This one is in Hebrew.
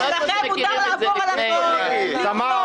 אצלכם מותר לעבור על החוק --- תמר,